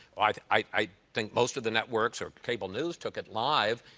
like i think most of the networks or cable news took it live.